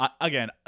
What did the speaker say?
again